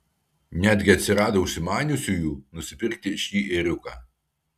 netgi atsirado užsimaniusiųjų nusipirkti šį ėriuką